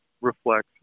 reflects